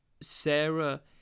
Sarah